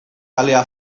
alea